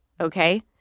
okay